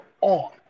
on